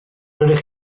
rydych